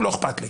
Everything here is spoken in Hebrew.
לא אכפת לי,